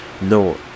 no